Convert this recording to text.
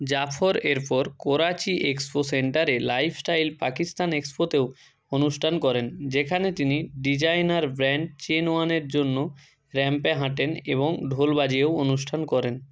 জাফর এরপর করাচি এক্সপো সেন্টারে লাইফস্টাইল পাকিস্তান এক্সপোতেও অনুষ্ঠান করেন যেখানে তিনি ডিজাইনার ব্র্যান্ড চেনওয়ানের জন্য র্যাম্পে হাঁটেন এবং ঢোল বাজিয়েও অনুষ্ঠান করেন